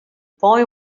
boy